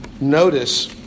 Notice